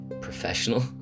professional